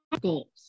goals